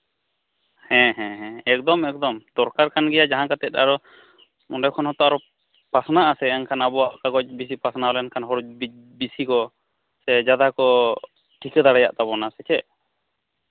ᱦᱮᱸ ᱦᱮᱸ ᱦᱮᱸ ᱮᱠᱫᱚᱢ ᱮᱠᱫᱚᱢ ᱫᱚᱨᱠᱟᱨ ᱠᱟᱱ ᱜᱮᱭᱟ ᱡᱟᱦᱟᱸ ᱠᱟᱛᱮᱫ ᱟᱨᱚ ᱚᱸᱰᱮ ᱠᱷᱚᱱ ᱦᱚᱸᱛᱚ ᱟᱨᱚ ᱯᱟᱥᱱᱟᱜᱼᱟ ᱥᱮ ᱮᱱᱠᱷᱟᱱ ᱟᱵᱚᱣᱟᱜ ᱠᱟᱜᱚᱡᱽ ᱵᱤᱥᱤ ᱯᱟᱥᱱᱟᱣ ᱞᱮᱠᱷᱟᱱ ᱦᱚᱲ ᱵᱤᱥᱤ ᱠᱚ ᱥᱮ ᱡᱟᱫᱟ ᱠᱚ ᱴᱷᱤᱠᱟᱹ ᱫᱟᱲᱮᱭᱟᱜ ᱛᱟᱵᱚᱱᱟ ᱥᱮ ᱪᱮᱫ